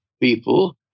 people